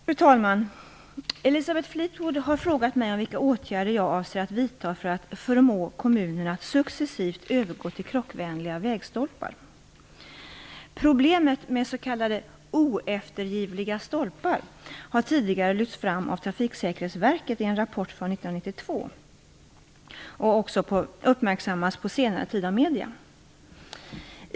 Fru talman! Elisabeth Fleetwood har frågat mig om vilka åtgärder jag avser att vidta för att förmå kommunerna att successivt övergå till krockvänliga vägstolpar. Problemet med s.k. oeftergivliga stolpar har tidigare lyfts fram av Trafiksäkerhetsverket i en rapport från 1992 och har också uppmärksammats på senare tid av medierna.